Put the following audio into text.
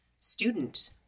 student